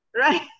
right